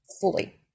fully